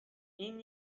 این